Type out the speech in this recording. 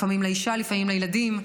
לפעמים לאישה, לפעמים לילדים,